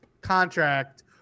contract